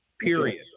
period